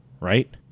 Right